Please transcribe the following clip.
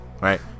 Right